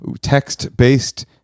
text-based